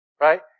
right